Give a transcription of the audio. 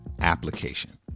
application